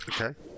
Okay